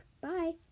bye